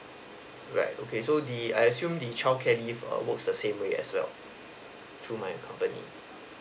right okay so the I assume the childcare leave works the same way as well through my company